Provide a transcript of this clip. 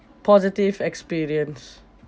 positive experience